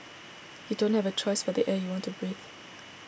you don't have a choice for the air you want to breathe